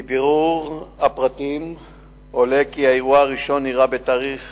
מבירור הפרטים עולה כי האירוע הראשון אירע בתאריך